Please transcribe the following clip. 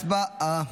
הצבעה.